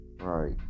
right